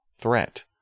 threat